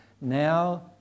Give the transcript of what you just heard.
now